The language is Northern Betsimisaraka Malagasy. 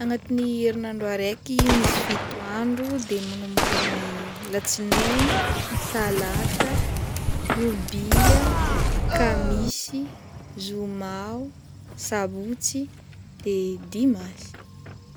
Agnatin'ny erinandro araiky misy fito andro de manomboko amin'ny latsinaigny, talata, robia, kamisy zoma o, sabotsy de dimansy.